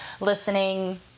listening